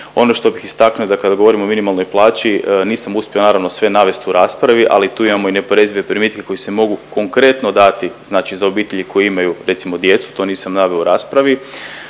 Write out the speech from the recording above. Ono što bih istaknuo da kada govorimo o minimalnoj plaći nisam uspio naravno sve navest u raspravi ali tu imamo i neoporezive primitke koji se mogu konkretno dati znači za obitelji koji imaju recimo djecu, to nisam naveo u raspravi.